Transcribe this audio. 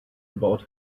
about